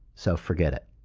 so forget it.